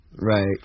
Right